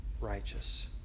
righteous